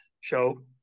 show